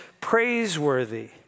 praiseworthy